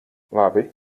labi